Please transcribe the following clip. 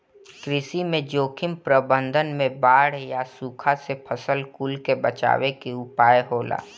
कृषि में जोखिम प्रबंधन में बाढ़ या सुखा से फसल कुल के बचावे के उपाय होला